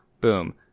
boom